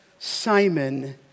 Simon